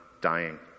dying